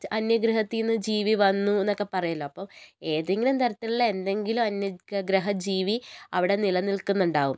അന്യഗ്രഹത്തീന്ന് ജീവി വന്നു എന്നൊക്കെ പറയല്ലോ അപ്പോൾ ഏതെങ്കിലും തരത്തിലുള്ള എന്തെങ്കിലും അന്യഗ്രഹജീവി അവിടെ നിലനിൽക്കുന്നുണ്ടാകും